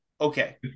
okay